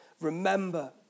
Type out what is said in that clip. Remember